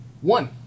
One